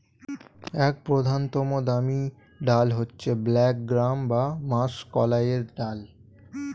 এক প্রধানতম দামি ডাল হচ্ছে ব্ল্যাক গ্রাম বা মাষকলাইয়ের ডাল